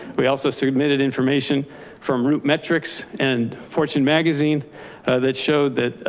we also submitted information from root metrics and fortune magazine that showed that.